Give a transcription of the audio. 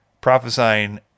prophesying